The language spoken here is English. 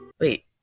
Wait